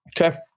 Okay